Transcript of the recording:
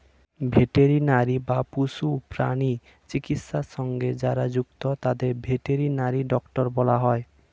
veterinary বা পশু প্রাণী চিকিৎসা সঙ্গে যারা যুক্ত তাদের ভেটেরিনারি ডক্টর বলা হয়